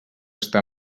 està